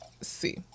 see